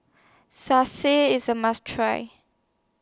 Salsa IS A must Try